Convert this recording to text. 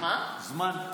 זמן?